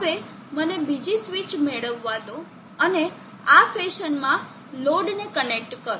હવે મને બીજી સ્વીચ મેળવવા દો અને આ ફેશનમાં લોડને કનેક્ટ કરો